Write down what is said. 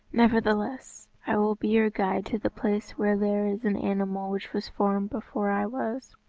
nevertheless, i will be your guide to the place where there is an animal which was formed before i was.